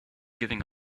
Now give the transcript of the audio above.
giving